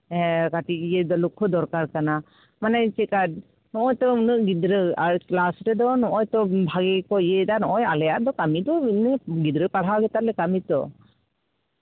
ᱠᱟᱹᱴᱤᱡ ᱞᱚᱠᱠᱷᱚ ᱫᱚᱨᱠᱟᱨ ᱠᱟᱱᱟ ᱢᱟᱱᱮ ᱪᱮᱫᱠᱟ ᱱᱚᱜᱼᱚᱭ ᱛᱚ ᱩᱱᱟᱹᱜ ᱜᱤᱫᱽᱨᱟᱹ ᱟᱨ ᱠᱮᱞᱟᱥ ᱨᱮᱫᱚ ᱱᱚᱜᱼᱚᱭ ᱛᱚ ᱵᱷᱟᱜᱮ ᱜᱮᱠᱚ ᱤᱭᱟᱹᱭᱫᱟ ᱟᱞᱮᱭᱟᱜ ᱫᱚ ᱠᱟᱹᱢᱤ ᱫᱚ ᱵᱤᱵᱷᱤᱱᱱᱚ ᱜᱤᱫᱽᱨᱟᱹ ᱯᱟᱲᱦᱟᱣ ᱜᱮᱛᱟᱞᱮ ᱠᱟᱹᱢᱤ ᱛᱚ